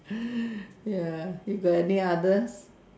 ya yo got any other